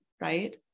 right